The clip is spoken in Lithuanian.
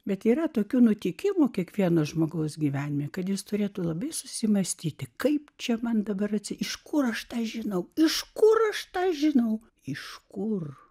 bet yra tokių nutikimų kiekvieno žmogaus gyvenime kad jis turėtų labai susimąstyti kaip čia man dabar esi iš kur aš tą žinau iš kur aš tą žinau iš kur